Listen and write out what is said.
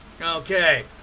Okay